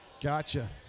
Gotcha